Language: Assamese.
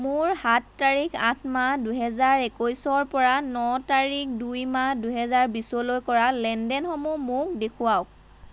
মোৰ সাত তাৰিখ আঠ মাহ দুহেজাৰ একৈছৰপৰা ন তাৰিখ দুই মাহ দুহাজাৰ বিছলৈ কৰা লেনদেনসমূহ মোক দেখুৱাওক